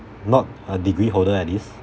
not a degree holder at least